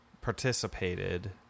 participated